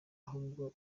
ahubwo